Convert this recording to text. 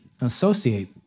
associate